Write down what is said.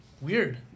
Weird